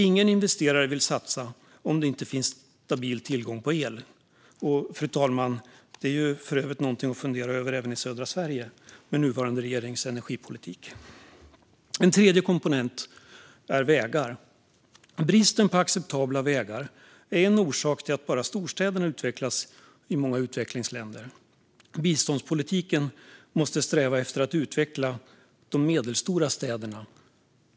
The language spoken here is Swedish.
Ingen investerare vill satsa om det inte finns stabil tillgång till el. Det är ju för övrigt något att fundera över även när det gäller södra Sverige och nuvarande regerings energipolitik, fru talman. En tredje komponent är vägar. Bristen på acceptabla vägar är en orsak till att bara storstäderna utvecklas i många utvecklingsländer. Biståndspolitiken måste sträva efter att utveckla de medelstora städerna.